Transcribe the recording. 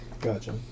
Gotcha